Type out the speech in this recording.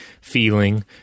feeling